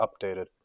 updated